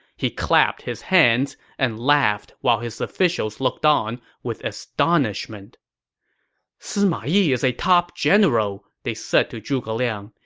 he clapped his hands and laughed while his officials looked on with astonishment sima yi is a top general, they said to zhuge liang.